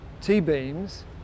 T-beams